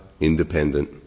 independent